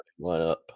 lineup